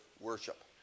worship